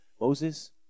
Moses